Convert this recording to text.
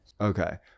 Okay